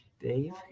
Dave